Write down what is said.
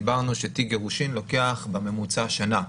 דיברנו על זה שתיק גירושין לוקח בממוצע שנה,